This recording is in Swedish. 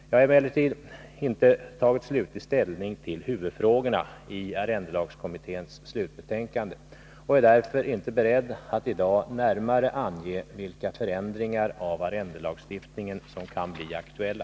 Jag har emellertid inte tagit slutlig ställning till huvudfrågorna i arrendelagskommitténs slutbetänkande och är därför inte beredd att i dag närmare ange vilka förändringar av arrendelagstiftningen som kan bli aktuella.